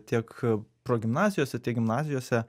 tiek progimnazijose tiek gimnazijose